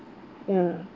ya